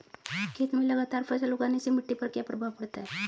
खेत में लगातार फसल उगाने से मिट्टी पर क्या प्रभाव पड़ता है?